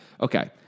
Okay